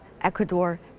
Ecuador